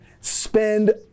spend